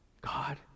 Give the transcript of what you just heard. God